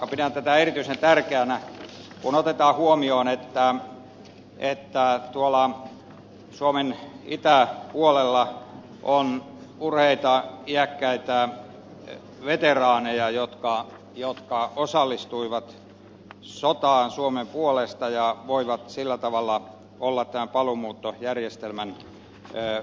pidän tätä erityisen tärkeänä kun otetaan huomioon että tuolla suomen itäpuolella on urheita iäkkäitä veteraaneja jotka osallistuivat sotaan suomen puolesta ja voivat sillä tavalla mollataan paluumuuton järjestämään lisää